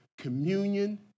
communion